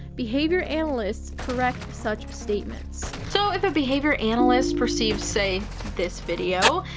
behavior analysts correct such statements. so, if a behavior analyst perceives, say, this video,